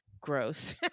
gross